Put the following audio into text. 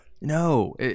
No